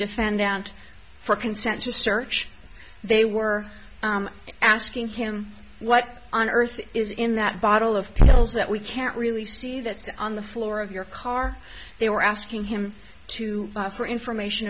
defendant for consent to search they were asking him what on earth is in that bottle of pills that we can't really see that's on the floor of your car they were asking him to for information